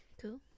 Cool